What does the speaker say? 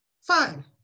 Fine